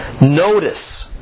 Notice